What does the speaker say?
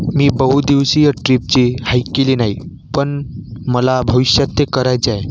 मी बहुदिवशीय ट्रीपचे हैक केली नाही पण मला भविष्यात ते करायचे आहे